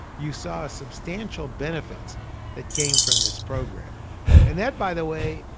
you saw substantial benefits that came from this program and that, by the way,